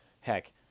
Heck